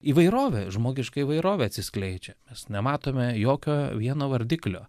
įvairovė žmogiška įvairovė atsiskleidžia mes nematome jokio vieno vardiklio